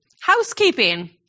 Housekeeping